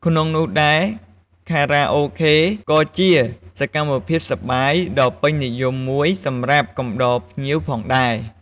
ក្នុងនោះដែរ ខារ៉ាអូខេក៏ជាសកម្មភាពសប្បាយដ៏ពេញនិយមមួយសម្រាប់កំដរភ្ញៀវផងដែរ។